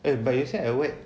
eh but you said at west